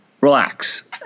relax